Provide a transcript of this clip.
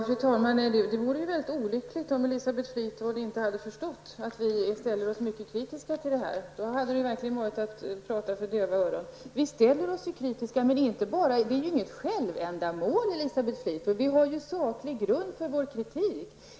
Fru talman! Det skulle vara mycket olyckligt om Elisabeth Fleetwood inte hade förstått att vi är mycket kritiska i detta sammanhang. Om hon inte hade förstått detta, skulle vi verkligen ha talat för döva öron. Vi är alltså kritiska. Men det är inget självändamål för oss, Elisabeth Fleetwood, att vara kritiska. Det finns en saklig grund för vår kritik.